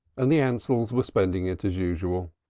and the ansells were spending it as usual.